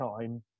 time